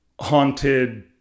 haunted